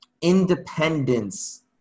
independence